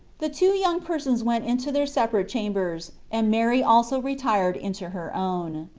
the two young persons went into their separate cham bers, and mary also retired into her own.